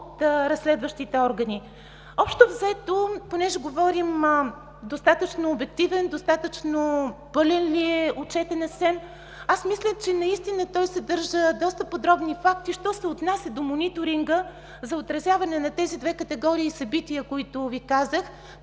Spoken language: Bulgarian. от разследващите органи. Понеже говорим за това достатъчно обективен ли е, достатъчно пълен ли е Отчетът на СЕМ, аз мисля, че наистина той съдържа доста подробни факти, що се отнася до мониторинга за отразяването на тези две категории събития, за които Ви казах.